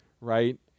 right